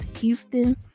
Houston